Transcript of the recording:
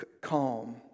calm